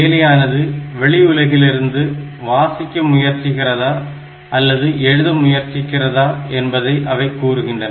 செயலியானது வெளி உலகிலிருந்து வாசிக்க முயற்சிக்கிறதா அல்லது எழுத முயற்சிக்கிறதா என்பதை அவை கூறுகின்றன